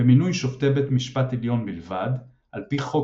במינוי שופטי בית המשפט העליון בלבד – על פי חוק